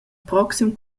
proxim